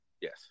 yes